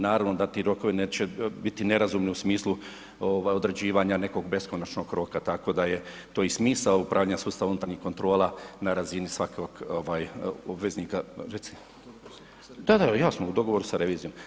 Naravno da ti rokovi neće biti nerazumni u smislu određivanje nekog beskonačnog roka, tako da je to i smisao upravljanja sustava unutarnjih kontrola na razini svakog obveznika …… [[Upadica sa strane, ne razumije se.]] Da, da, jasno, u dogovoru sa revizijom.